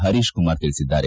ಪರೀಶ್ ಕುಮಾರ್ ತಿಳಿಸಿದ್ದಾರೆ